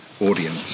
audience